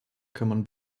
common